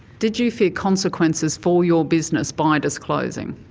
did you fear consequences for your business by disclosing?